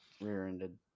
rear-ended